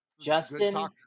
Justin